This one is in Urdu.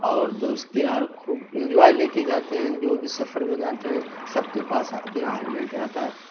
اور دوست یار خوب انجوائے لے کے جاتے ہیں جو بھی سفر میں جاتے ہیں سب کے پاس اپنا ہیلمیٹ رہتا ہے